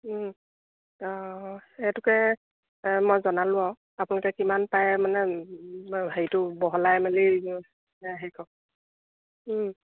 অঁ সেইটোকে মই জনালোঁ ৰুও আপোনালোকে কিমান পাৰে মানে হেৰিটো বহলাই মেলি হেৰি কৰক